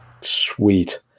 Sweet